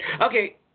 Okay